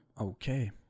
okay